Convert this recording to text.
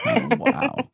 wow